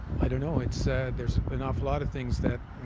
i don't know. it's there's an awful lot of things that i